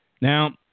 Now